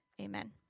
Amen